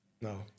no